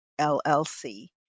LLC